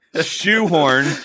Shoehorn